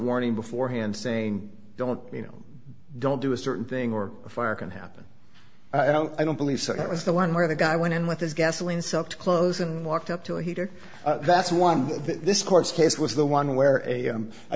warning beforehand saying don't you know don't do a certain thing or a fire can happen i don't i don't believe so that was the one where the guy went in with his gasoline sucked close and walked up to a heater that's one this course case was the one where a